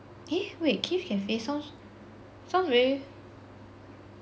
eh wait kith cafe sounds sounds very